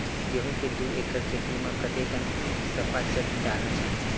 गेहूं के दू एकड़ खेती म कतेकन सफाचट डालना चाहि?